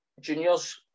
juniors